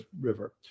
river